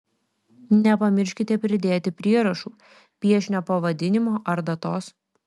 nepamirškite pridėti prierašų piešinio pavadinimo ar datos